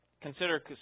consider